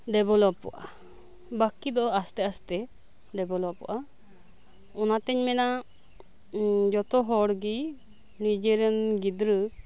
ᱰᱮᱵᱷᱮᱞᱚᱯᱚᱜᱼᱟ ᱵᱟᱠᱤ ᱫᱚ ᱟᱥᱛᱮ ᱟᱥᱛᱮ ᱰᱮᱵᱷᱮᱞᱚᱯᱚᱜᱼᱟ ᱚᱱᱟᱛᱮᱧ ᱢᱮᱱᱟ ᱡᱷᱚᱛᱚ ᱦᱚᱲ ᱜᱮ ᱱᱤᱡᱮᱨᱮᱱ ᱜᱤᱫᱽᱨᱟᱹ